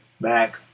back